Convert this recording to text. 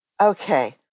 Okay